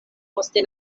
poste